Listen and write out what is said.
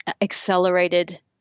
accelerated